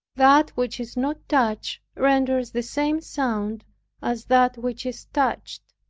that which is not touched renders the same sound as that which is touched